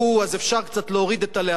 אז אפשר קצת להוריד את הלהבות.